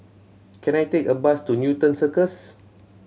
can I take a bus to Newton Circus